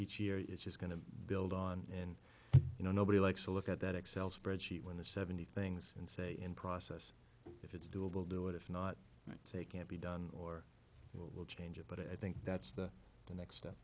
each year it's just going to build on and you know nobody likes to look at that excel spreadsheet when the seventy things and say in process if it's doable do it if not it's a can't be done or you will change it but i think that's the next step